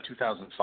2005